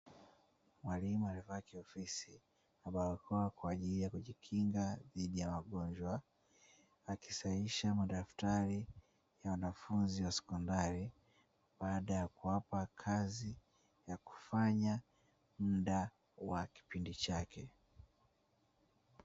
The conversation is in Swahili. Mwalimu akisahisha madaftari ya wanafunzi aliyowapa wanafuzi